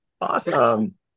awesome